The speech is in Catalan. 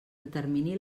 determini